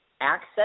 access